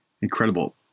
Incredible